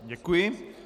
Děkuji.